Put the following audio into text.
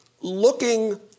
looking